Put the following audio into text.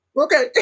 okay